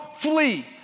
flee